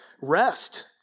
Rest